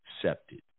accepted